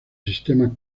sistema